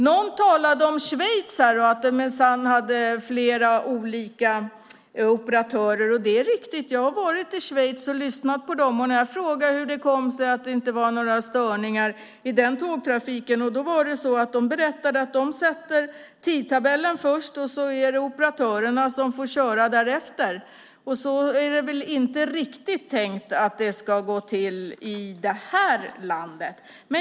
Någon talade här om Schweiz och om att man minsann har flera olika operatörer. Det är riktigt. Jag har varit i Schweiz och lyssnat på dem där. När jag frågade hur det kom sig att det inte var några störningar i deras tågtrafik berättade de att de först sätter tidtabellen. Sedan får operatörerna köra därefter. Men så är det väl inte riktigt tänkt att det ska gå till i det här landet.